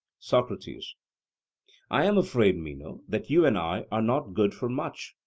socrates i am afraid, meno, that you and i are not good for much,